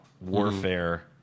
warfare